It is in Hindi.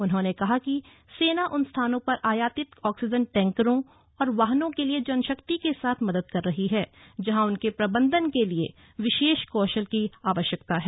उन्होंने कहा कि सेना उन स्थानों पर आयातित ऑक्सीजन टैंकरों और वाहनों के लिए जनशक्ति के साथ मदद कर रही है जहां उनके प्रबंधन के लिए विशेष कौशल की आवश्यकता है